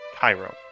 Cairo